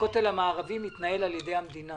הכותל המערבי מתנהל על ידי המדינה